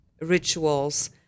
rituals